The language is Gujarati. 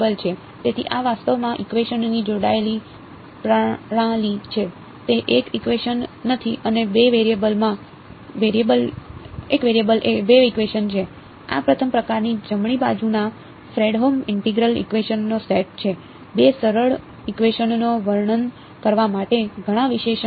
તેથી આ વાસ્તવમાં ઇકવેશનની જોડાયેલી પ્રણાલી છે તે 1 ઇકવેશન નથી અને 2 વેરિયેબલમાં 1 વેરિયેબલ 2 ઇકવેશન છે આ પ્રથમ પ્રકારની જમણી બાજુના ફ્રેડહોમ ઇન્ટેગ્રલ ઇકવેશનનો સેટ છે બે સરળ ઇકવેશનનું વર્ણન કરવા માટે ઘણા વિશેષણો